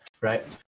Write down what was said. right